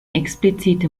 explizite